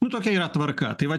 nu tokia yra tvarka tai vat